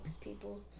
people